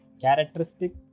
Characteristic